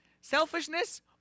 selfishness